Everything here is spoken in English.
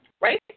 Right